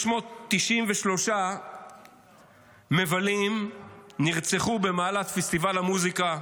393 מבלים נרצחו במהלך פסטיבל המוזיקה,